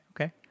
okay